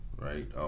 right